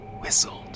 whistled